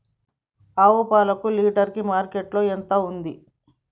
ఆవు పాలకు లీటర్ కి మార్కెట్ లో ఎంత ఉంది?